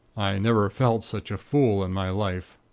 i never felt such a fool in my life.